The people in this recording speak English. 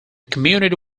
community